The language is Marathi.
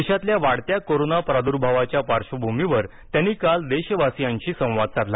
देशातल्या वाढत्या कोरोना प्रादुर्भावाच्या पार्श्वभूमीवर त्यांनी काल देशावासियांशी संवाद साधला